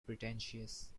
pretentious